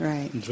Right